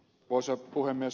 arvoisa puhemies